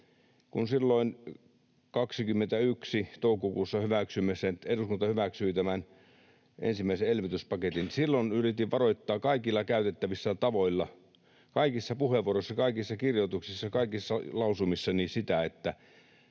Kun silloin vuoden 21 toukokuussa eduskunta hyväksyi tämän ensimmäisen elvytyspaketin, silloin yritin varoittaa kaikilla käytettävissä olevilla tavoilla, kaikissa puheenvuoroissa, kaikissa kirjoituksissa, kaikissa lausumissani sitä, että